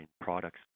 products